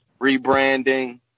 rebranding